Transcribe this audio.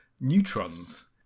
neutrons